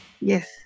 Yes